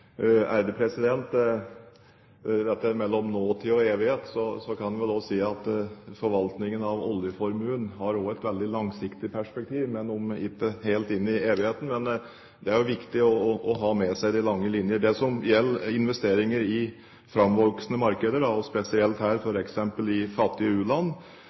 og evighet kan man vel også si at forvaltningen av oljeformuen har et veldig langsiktig perspektiv, om ikke helt inn i evigheten. Men det er jo viktig å ha med seg de lange linjer. Når det gjelder investeringer i framvoksende markeder, og spesielt da f.eks. i fattige